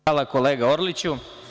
Hvala kolega Orliću.